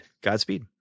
Godspeed